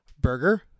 Burger